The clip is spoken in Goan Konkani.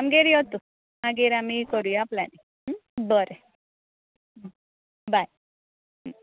आमगेर यो तूं मागीर आमी करुया प्लॅन बरें बाय